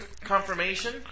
confirmation